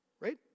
Right